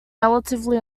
relatively